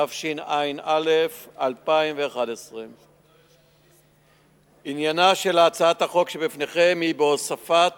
התשע"א 2011. עניינה של הצעת החוק שבפניכם הוא בהוספת